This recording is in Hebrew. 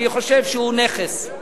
אני חושב שהוא נכס.